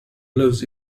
lives